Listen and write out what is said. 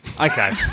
Okay